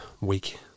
week